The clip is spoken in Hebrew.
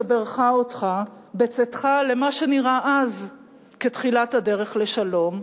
שבירכה אותך בצאתך למה שנראה אז כתחילת הדרך לשלום,